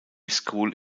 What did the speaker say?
school